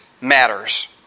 matters